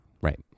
right